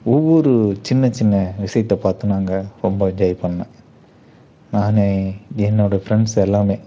ஒவ்வொரு சின்னச்சின்ன விஷியத்தை பார்த்து நாங்கள் ரொம்ப என்ஜாய் பண்ணோம் நான் என்னோட ஃப்ரெண்ட்ஸ் எல்லாமே